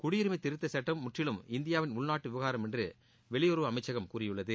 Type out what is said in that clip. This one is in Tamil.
குடியுரிமை திருத்தச் சட்டம் முற்றிலும் இந்தியாவின் உள்நாட்டு விவகாரம் என்று வெளியுறவு அமைச்சகம் கூறியுள்ளது